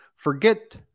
forget